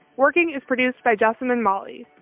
working is produced by justin and molly.